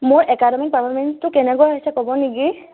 মোৰ একাডেমীক পাৰ্ফৰমেন্সটো কেনেকুৱা হৈছে ক'ব নেকি